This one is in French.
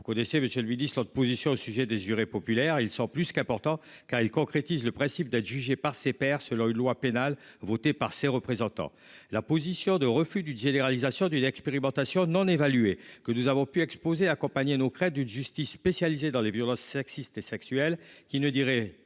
vous connaissiez Monsieur le Ministre de position au sujet des jurés populaires. Il sort plus qu'important car il concrétise le principe d'être jugé par ses pairs. Selon une loi pénale votée par ses représentants. La position de refus d'une généralisation du l'expérimentation d'en évaluer que nous avons pu exposer accompagner nos craie d'une justice spécialisées dans les violences sexistes et sexuelles qui ne dirai